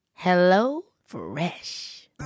HelloFresh